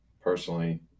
personally